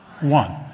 One